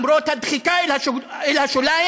למרות הדחיקה אל השוליים.